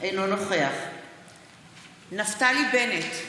אינו נוכח נפתלי בנט,